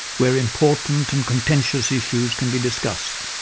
where important and contentious issues can be discussed.